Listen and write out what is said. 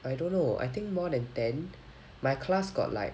I don't know I think more than ten my class got like